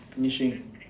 finishing